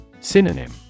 Synonym